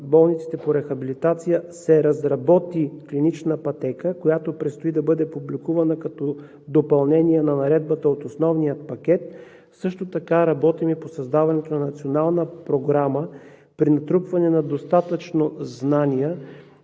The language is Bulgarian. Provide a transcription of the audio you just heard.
болниците по рехабилитация се разработи клинична пътека, която предстои да бъде публикувана като допълнение на Наредбата от основния пакет. Също така работим и по създаването на национална програма при натрупване на достатъчно знания